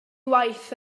waith